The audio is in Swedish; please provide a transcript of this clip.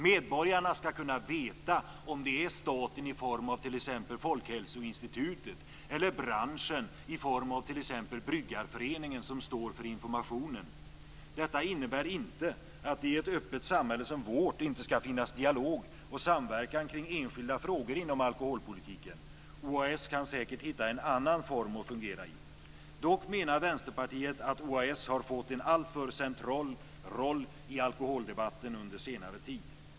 Medborgarna ska kunna veta om det är staten i form av t.ex. Folkhälsoinstitutet eller branschen i form av t.ex. Bryggarföreningen som står för informationen. Detta innebär inte att det i ett öppet samhälle som vårt inte ska finnas dialog och samverkan kring enskilda frågor inom alkoholpolitiken. OAS kan säkert hitta en annan form att fungera i. Dock menar Vänsterpartiet att OAS har fått en alltför central roll i alkoholdebatten under senare tid.